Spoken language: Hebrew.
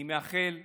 אני מאחל לכם,